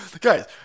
guys